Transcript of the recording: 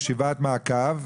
ישיבת מעקב,